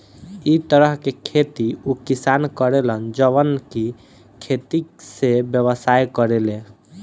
इ तरह के खेती उ किसान करे लन जवन की खेती से व्यवसाय करेले